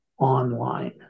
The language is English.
online